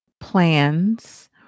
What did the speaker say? plans